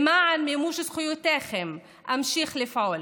למען מימוש זכויותיכם אמשיך לפעול,